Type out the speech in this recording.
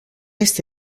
este